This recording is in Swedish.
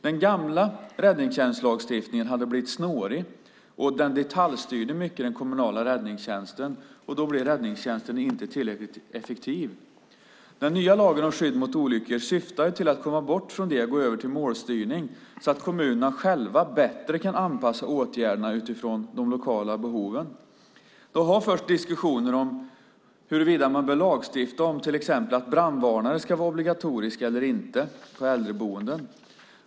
Den gamla räddningstjänstlagstiftningen hade blivit snårig, och den detaljstyrde den kommunala räddningstjänsten mycket. Då blev räddningstjänsten inte tillräckligt effektiv. Den nya lagen om skydd mot olyckor syftar till att man ska komma bort från det och gå över till målstyrning, så att kommunerna själva bättre kan anpassa åtgärderna utifrån de lokala behoven. Det har förts diskussioner om huruvida man bör lagstifta om till exempel brandvarnare ska vara obligatoriska eller inte på äldreboenden.